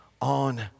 on